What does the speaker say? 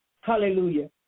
Hallelujah